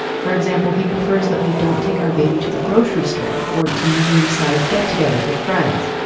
for example, he prefers that we don't take our baby to the grocery store or to medium sized get togethers with friends,